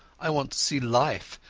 i want to see life,